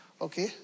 Okay